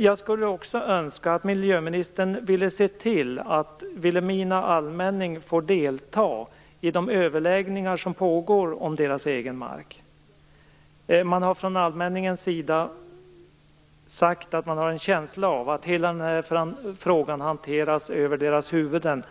Jag skulle också önska att miljöministern ville se till att Vilhelmina allmänning får delta i de överläggningar som pågår om deras egen mark. Man har från allmänningens sida sagt att man har en känsla av att hela frågan hanteras över deras huvuden